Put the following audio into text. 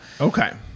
Okay